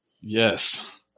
Yes